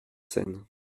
seine